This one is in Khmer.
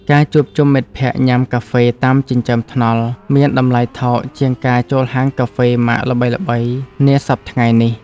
ការជួបជុំមិត្តភក្តិញ៉ាំកាហ្វេតាមចិញ្ចើមថ្នល់មានតម្លៃថោកជាងការចូលហាងកាហ្វេម៉ាកល្បីៗនាសព្វថ្ងៃនេះ។